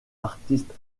artiste